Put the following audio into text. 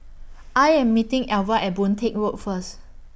I Am meeting Elva At Boon Teck Road First